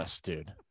dude